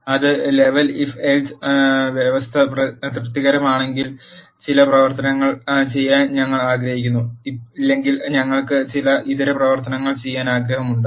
അടുത്ത level if else വ്യവസ്ഥ തൃപ്തികരമാണെങ്കിൽ ചില പ്രവർത്തനങ്ങൾ ചെയ്യാൻ ഞങ്ങൾ ആഗ്രഹിക്കുന്നു ഇല്ലെങ്കിൽ ഞങ്ങൾക്ക് ചില ഇതര പ്രവർത്തനങ്ങൾ ചെയ്യാൻ ആഗ്രഹമുണ്ട്